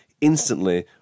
instantly